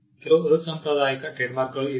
ಕೆಲವು ಅಸಾಂಪ್ರದಾಯಿಕ ಟ್ರೇಡ್ಮಾರ್ಕ್ಗಳೂ ಇವೆ